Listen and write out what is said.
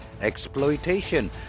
exploitation